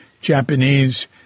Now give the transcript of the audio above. Japanese